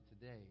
today